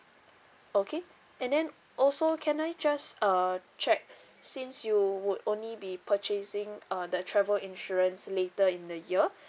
okay and then also can I just uh check since you would only be purchasing uh the travel insurance later in the year